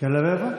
אני אומר לך,